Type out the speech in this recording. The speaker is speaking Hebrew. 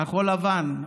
כחול לבן,